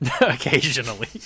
Occasionally